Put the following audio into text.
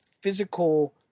physical